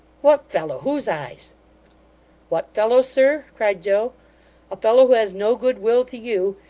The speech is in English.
what fellow! whose eyes what fellow, sir cried joe a fellow who has no goodwill to you,